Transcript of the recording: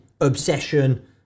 obsession